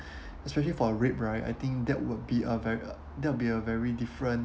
especially for rape right I think that would be a very uh there would be a very different